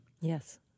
Yes